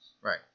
Right